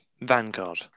Vanguard